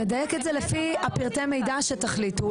נדייק את זה לפי פרטי המידע שתחליטו,